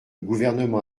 gouvernement